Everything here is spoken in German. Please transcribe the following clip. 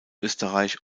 österreich